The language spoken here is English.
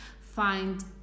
find